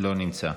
לא נמצא,